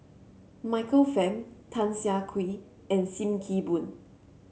Michael Fam Tan Siah Kwee and Sim Kee Boon